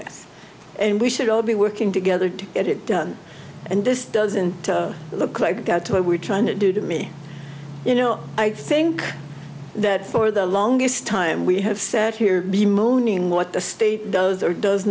with and we should all be working together to get it done and this doesn't look like go to what we're trying to do to me you know i think that for the longest time we have sat here be moaning what the state does or does